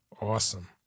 Awesome